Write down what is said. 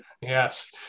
yes